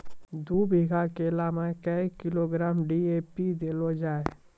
दू बीघा केला मैं क्या किलोग्राम डी.ए.पी देले जाय?